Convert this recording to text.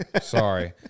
Sorry